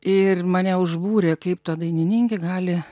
ir mane užbūrė kaip ta dainininkė gali